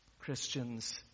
Christians